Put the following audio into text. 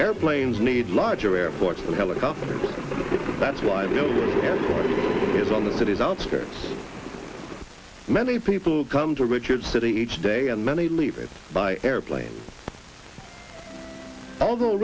airplanes need larger airports and helicopters that's why the world is on the city's outskirts many people come to richard's city each day and many leave it by airplanes although